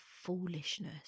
foolishness